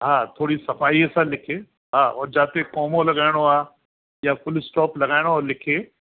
हा थोरी सफ़ाईअ सां लिखे हा उहो जिते कॉमो लॻाइणो आहे या फुलस्टॉप लॻाइणो उहो लिखे